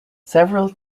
several